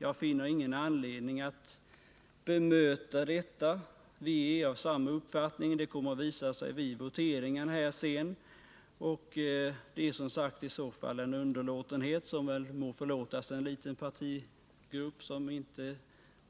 Jag finner ingen anledning att bemöta detta. Vi är av samma uppfattning — det kommer att visa sig vid voteringen. Och denna underlåtenhet må väl förlåtas en liten partigrupp som inte